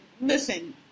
Listen